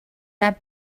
not